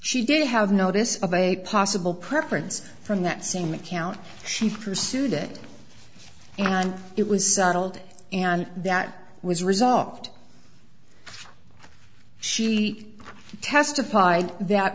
she did have notice of a possible preference from that same account she pursued it and it was settled and that was resolved she testified that